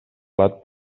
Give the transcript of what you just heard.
plat